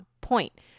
point